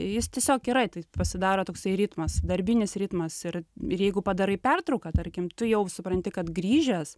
jis tiesiog yra tai pasidaro toksai ritmas darbinis ritmas ir ir jeigu padarai pertrauką tarkim tu jau supranti kad grįžęs